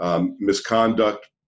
misconduct